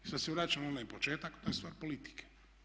I sada se vraćam na onaj početak, to je stvar politike.